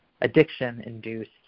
addiction-induced